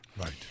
Right